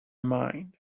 mind